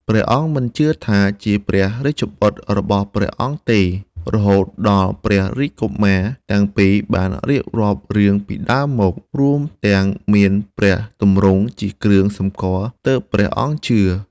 ព្រះអង្គមិនជឿថាជាព្រះរាជបុត្ររបស់ព្រះអង្គទេ រហូតដល់ព្រះរាជកុមារទាំងពីរបានរៀបរាប់រឿងពីដើមមក រួមទាំងមានព្រះទម្រង់ជាគ្រឿងសម្គាល់ ទើបព្រះអង្គជឿ។